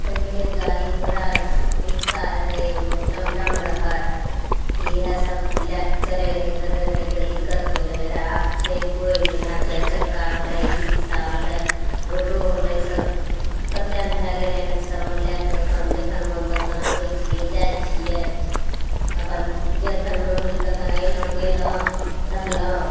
पहिले गाड़ी घोड़ा रिक्शा रहय एगो टमटम रहय इएह सब लएके चलय रहय करय रहय तऽ दिक्क्त होइ रहय रहए आब छै कोइ नहि आब चारि चक्का होलय ई रिक्शा होलय ऑटो होलय सब कते ने भए गेलय हन सब मिला कऽ अपन जखन मोन तखन आबय छियै जाइ छियै अपन जखन मोन होल तखन अइलहुँ गैलहुँ रहलहुँ